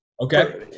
okay